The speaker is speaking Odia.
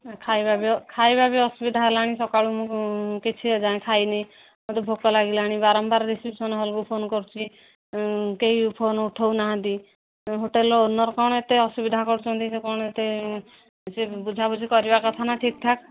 ଖାଇବା ବି ଖାଇବା ବି ଅସୁବିଧା ହେଲାଣି ସକାଳୁ ମୁଁ କିଛି ଏ ଯାଏଁ ଖାଇନି ମୋତେ ଭୋକ ଲାଗିଲାଣି ବାରମ୍ବାର ରିସେପ୍ସନ୍ ହଲ୍କୁ ଫୋନ୍ କରୁଛି କେହି ଫୋନ୍ ଉଠାଉ ନାହାନ୍ତି ହୋଟେଲ୍ର ଓନର୍ କ'ଣ ଏତେ ଅସୁବିଧା କରୁଛନ୍ତି ସେ କ'ଣ ଏତେ ସେ ବୁଝାବୁଝି କରିବା କଥା ନା ଠିକ୍ଠାକ୍